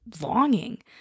Longing